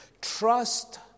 Trust